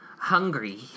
Hungry